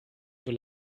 für